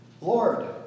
Lord